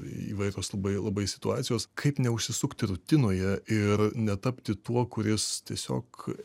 įvairios labai labai situacijos kaip neužsisukti rutinoje ir netapti tuo kuris tiesiog